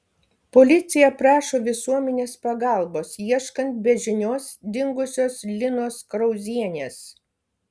policija prašo visuomenės pagalbos ieškant be žinios dingusios linos krauzienės